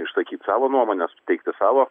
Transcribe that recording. išsakyt savo nuomonę suteikt savo